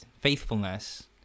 Faithfulness